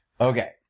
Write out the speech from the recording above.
Okay